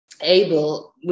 able